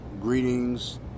Greetings